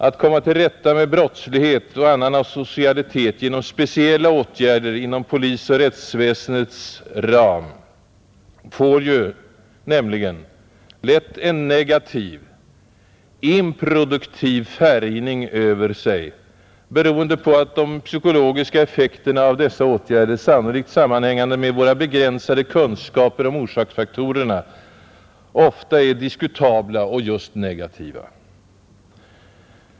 Att komma till rätta med brottslighet och annan asocialitet genom speciella åtgärder inom polisoch rättsväsendets ram får nämligen lätt en negativ, improduktiv färgning över sig, beroende på att de psykologiska effekterna av dessa åtgärder — sannolikt sammanhängande med våra begränsade kunskaper om orsaksfaktorerna — ofta är diskutabla och just — negativa.